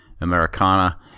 Americana